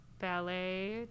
ballet